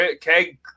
Keg